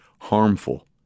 harmful